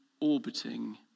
orbiting